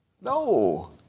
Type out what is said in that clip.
No